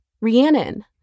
Rhiannon